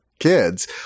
Kids